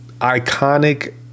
iconic